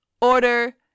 order